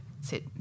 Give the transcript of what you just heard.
Sit